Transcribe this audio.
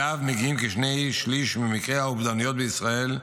שאליו מגיעים כשני-שלישים ממקרי האובדנויות בישראל,